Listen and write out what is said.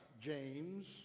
James